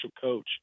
coach